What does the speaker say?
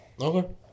Okay